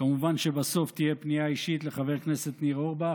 כמובן שבסוף תהיה פנייה אישית לחבר הכנסת ניר אורבך.